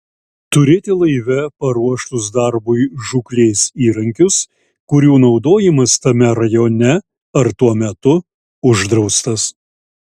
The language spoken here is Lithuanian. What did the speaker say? turėti laive paruoštus darbui žūklės įrankius kurių naudojimas tame rajone ar tuo metu uždraustas